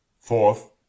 Fourth